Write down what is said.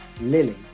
Lily